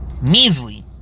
measly